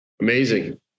Amazing